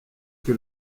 que